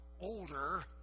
older